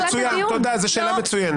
לא, מצוין, זו שאלה מצוינת.